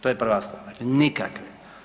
To je prva stvar, nikakve.